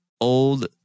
Old